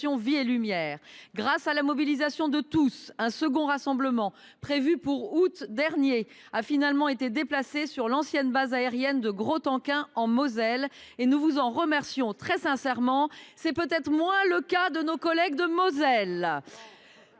Vie et Lumière. Grâce à la mobilisation de tous, un second rassemblement, prévu pour août dernier, a finalement été déplacé sur l’ancienne base aérienne de Grostenquin, en Moselle. Nous vous en remercions très sincèrement, ce qui n’est peut être pas le cas de nos collègues de Moselle